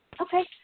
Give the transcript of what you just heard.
Okay